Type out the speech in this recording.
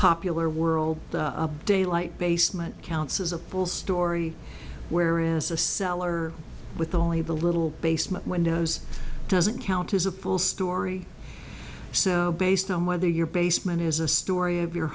popular world daylight basement counts as a full story whereas a cellar with only the little basement windows doesn't count as a pool story so based on whether your basement is a story of your